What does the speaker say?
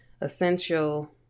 Essential